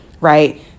right